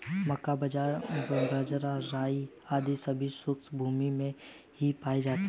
मक्का, बाजरा, राई आदि सभी शुष्क भूमी में ही पाए जाते हैं